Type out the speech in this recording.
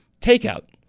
takeout